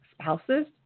spouses